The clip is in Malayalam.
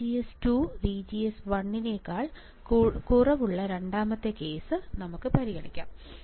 വിജിഎസ് 2 വിജിഎസ് 1 നെക്കാൾ കുറവുള്ള രണ്ടാമത്തെ കേസ് പരിഗണിക്കാം